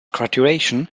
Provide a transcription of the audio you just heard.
graduation